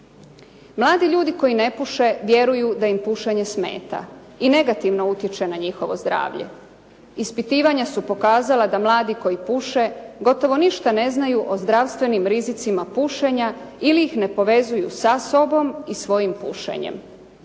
Mladi ljudi koji ne puše vjeruju da im pušenje smeta i negativno utječe na njihovo zdravlje. Ispitivanja su pokazala da mladi koji puše, gotovo ništa ne znaju o zdravstvenim rizicima pušenja ili ih ne povezuju sa sobom i svojim pušenjem.